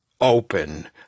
Open